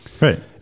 Right